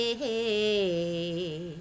hey